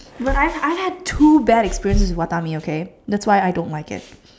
but I I had two bad experiences at Watami okay that's why I don't like it